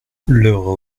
leur